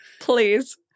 Please